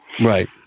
Right